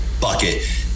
bucket